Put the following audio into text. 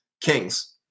kings